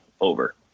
over